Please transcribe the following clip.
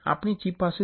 આપણી ચિપ પાસે શું છે